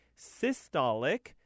systolic